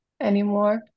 anymore